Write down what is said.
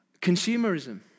consumerism